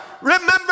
Remember